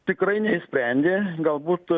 tikrai neišsprendė galbūt